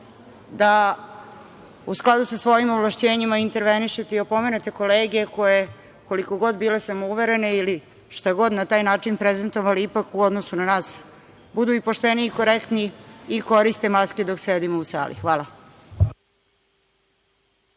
da, u skladu sa svojim ovlašćenjima, intervenišete i opomenete kolege koje, koliko god bile samouverene ili šta god, na taj način prezentovali ipak u odnosu na nas budu i pošteni i korektni i koriste maske dok sedimo u sali. Hvala.